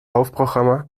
hoofdprogramma